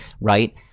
right